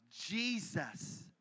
Jesus